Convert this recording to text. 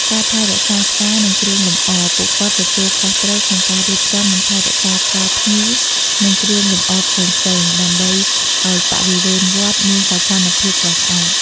ការចាត់ចែងសំឡេង និងឧបករណ៍បំពងសម្លេង នៅក្នុងពិធីបុណ្យធំៗ ពួកគាត់ជួយរៀបចំប្រព័ន្ធភ្លើង និងឧបករណ៍បំពងសម្លេង ដើម្បីឲ្យព្រះសង្ឃសម្ដែងធម៌ ឬប្រកាសផ្សេងៗបានឮច្បាស់។